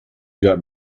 got